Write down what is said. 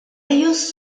ellos